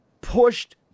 pushed